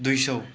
दुई सय